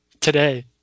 today